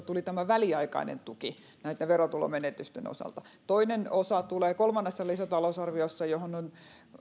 tuli tämä väliaikainen tuki verotulomenetysten osalta toinen osa tulee kolmannessa lisätalousarviossa johon on